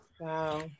Wow